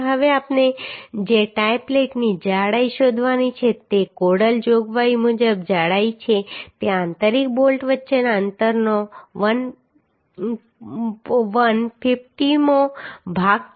હવે આપણે જે ટાઈ પ્લેટની જાડાઈ શોધવાની છે તે કોડલ જોગવાઈ મુજબ જાડાઈ છે તે આંતરિક બોલ્ટ વચ્ચેના અંતરનો 1 50મો ભાગ છે